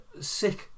sick